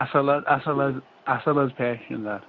اَصٕل حظ اَصٕل حظ اَصٕل حظ فیشن دار